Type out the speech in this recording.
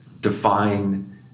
define